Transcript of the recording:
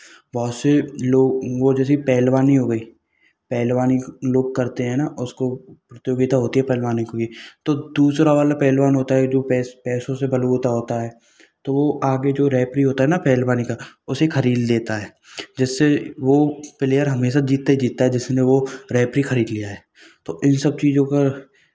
बहुत से लोग वो जैसे कि पहलवानी हो गई पहलवानी लोग करते हैं ना उसको प्रतियोगिता होती है पहलवानी की तो दूसरा वाला पहलवान होता है जो पैस पैसों से बलबूता होता है तो वो आगे जो रेफ़री होता है ना पहलवानी का उसे खरीद लेता है जिससे वो प्लेयर हमेशा जीतता ही जीतता है जिसने वो रेफ़री खरीद लिया है तो इन सब चीज़ों का